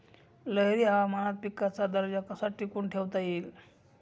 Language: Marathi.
लहरी हवामानात पिकाचा दर्जा कसा टिकवून ठेवता येईल?